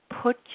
Put